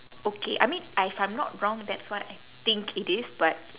okay I mean I if I'm not wrong that's what I think it is but